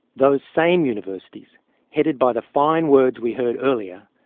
those same universities headed by the fine words we heard earlier,